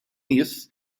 nies